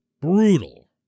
brutal